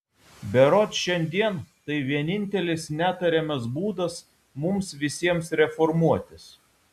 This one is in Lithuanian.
berods šiandien tai vienintelis netariamas būdas mums visiems reformuotis